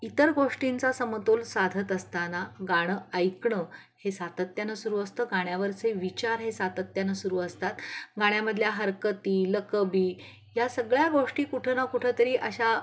इतर गोष्टींचा समतोल साधत असताना गाणं ऐकणं हे सातत्यानं सुरू असतं गाण्यावरचे विचार हे सातत्यानं सुरू असतात गाण्यामधल्या हरकती लकबी या सगळ्या गोष्टी कुठं ना कुठंंतरी अशा